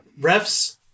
refs